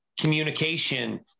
communication